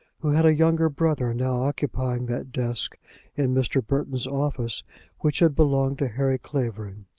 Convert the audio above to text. who had a younger brother now occupying that desk in mr. burton's office which had belonged to harry clavering.